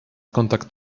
kontakt